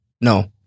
No